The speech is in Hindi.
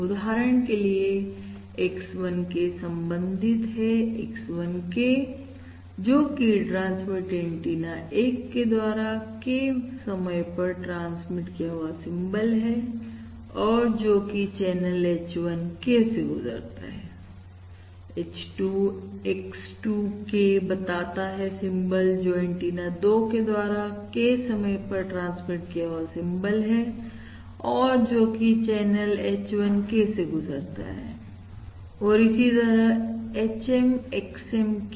उदाहरण के लिए X1 K संबंधित है X1 Kजोकि ट्रांसमिट एंटीना 1 के द्वारा K समय पर ट्रांसमिट किया हुआ सिंबल है और जो कि चैनल H1 K से गुजरता है H2 X2 K बताता है सिंबल जो एंटीना 2के द्वारा K समय पर ट्रांसमिट किया हुआ सिंबल है और जो कि चैनल H1 K से गुजरता है और इसी तरह है HM XM K